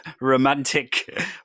romantic